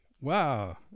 wow